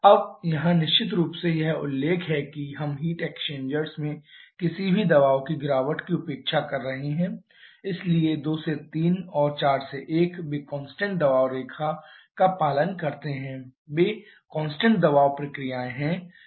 अब यहाँ निश्चित रूप से यह उल्लेख है कि हम हीट एक्सचेंजर्स में किसी भी दबाव की गिरावट की उपेक्षा कर रहे हैं इसलिए 2 से 3 और 4 से 1 वे कांस्टेंट दबाव रेखा का पालन करते हैं वे कांस्टेंट दबाव प्रक्रियाएं हैं